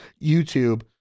YouTube